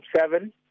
seven